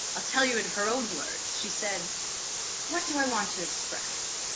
i'll tell you in her own words, she said what do i want to express?